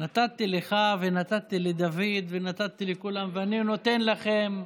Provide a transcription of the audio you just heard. נתתי לך ונתתי לדוד ונתתי לכולם ואני נותן לכם.